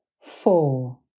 Four